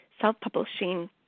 self-publishing